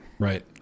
Right